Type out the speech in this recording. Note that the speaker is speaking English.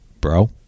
bro